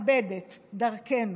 מכבדת דרכנו.